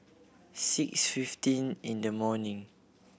six fifteen in the morning